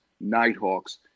Nighthawks